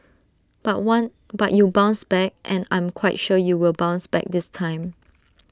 but one but you bounced back and I'm quite sure you will bounce back this time